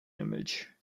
image